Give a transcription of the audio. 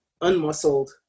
unmuscled